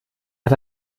hat